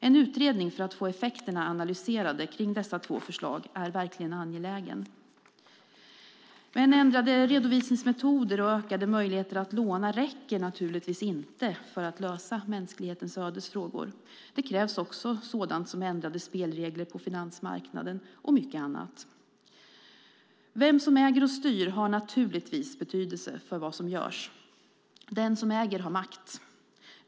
En utredning för att få effekterna av dessa två förslag analyserade är verkligen angelägen. Ändrade redovisningsmetoder och ökade möjligheter att låna räcker inte för att lösa mänsklighetens ödesfrågor. Det krävs också sådant som ändrade spelregler på finansmarknaden och mycket annat. Vem som äger och styr har betydelse för vad som görs. Den som äger har makt.